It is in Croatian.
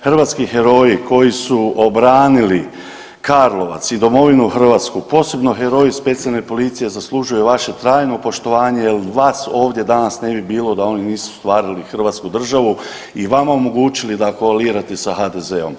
Hrvatski heroji koji su obranili Karlovac i domovinu Hrvatsku, posebno heroji specijalne policije zaslužuju vaše trajno poštovanje jel vas ovdje danas ne bi bilo da oni nisu ostvarili hrvatsku državu i vama omogućili da koalirate sa HDZ-om.